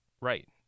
Right